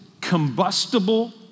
combustible